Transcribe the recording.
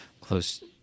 close